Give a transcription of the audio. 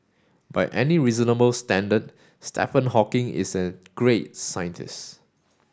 by any reasonable standard Stephen Hawking is a great scientist